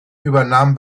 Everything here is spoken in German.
übernahm